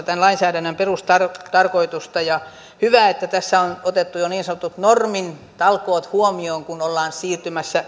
tämän lainsäädännön perustarkoitusta on hyvä että tässä on otettu jo niin sanotut normitalkoot huomioon kun ollaan siirtymässä